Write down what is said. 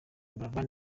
buravan